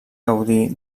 gaudir